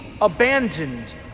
abandoned